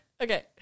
okay